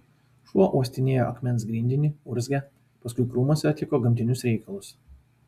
šuo uostinėjo akmens grindinį urzgė paskui krūmuose atliko gamtinius reikalus